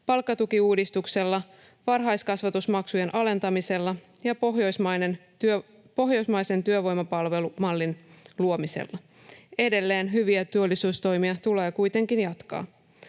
palkkatukiuudistuksella, varhaiskasvatusmaksujen alentamisella ja pohjoismaisen työvoimapalvelumallin luomisella. Edelleen hyviä työllisyystoimia tulee kuitenkin jatkaa.